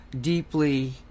deeply